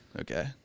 Okay